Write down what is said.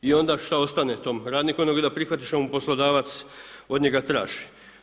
I onda šta ostane tom radniku nego da prihvati što mu poslodavac od njega traži.